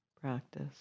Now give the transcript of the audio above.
practice